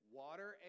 water